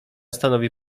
stanowi